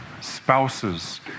spouses